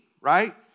right